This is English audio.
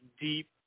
deep